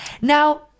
Now